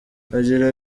agira